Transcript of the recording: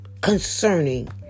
concerning